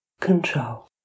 control